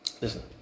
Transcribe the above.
Listen